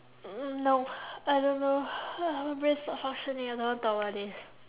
no I don't know my brain is not functioning I don't wanna talk about this